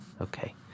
Okay